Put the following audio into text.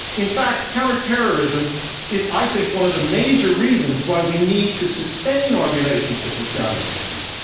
in fact, counterterrorism is, i think, one of the major reasons why we need to sustain our relationship with saudi arabia.